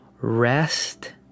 Rest